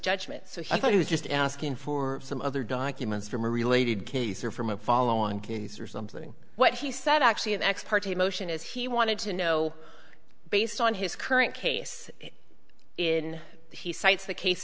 judgment so he thought he was just asking for some other documents from a related case or from a follow on something what he said actually an ex parte motion is he wanted to know based on his current case in he cites the case